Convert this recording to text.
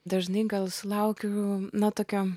dažnai gal sulaukiu na tokio